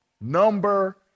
number